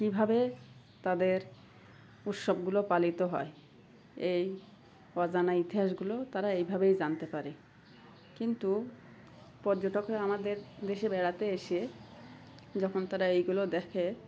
কীভাবে তাদের উৎসবগুলো পালিত হয় এই অজানা ইতিহাসগুলো তারা এইভাবেই জানতে পারে কিন্তু পর্যটকরা আমাদের দেশে বেড়াতে এসে যখন তারা এইগুলো দেখে